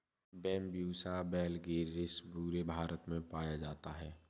Bambusa vulgaris पूरे भारत में पाया जाता है